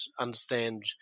understand